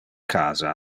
casa